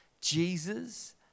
Jesus